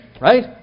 Right